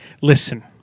Listen